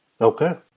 Okay